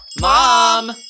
Mom